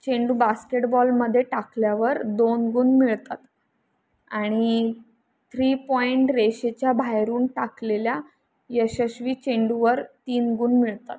चेंडू बास्केटबॉलमध्ये टाकल्यावर दोन गुण मिळतात आणि थ्री पॉईंट रेषेच्या बाहेरून टाकलेल्या यशस्वी चेंडूवर तीन गुण मिळतात